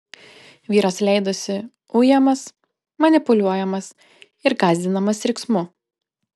vyras leidosi ujamas manipuliuojamas ir gąsdinamas riksmu